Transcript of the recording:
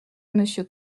monsieur